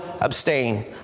abstain